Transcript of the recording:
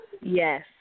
Yes